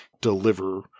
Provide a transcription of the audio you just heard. deliver